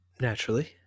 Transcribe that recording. Naturally